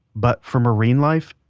but for marine life,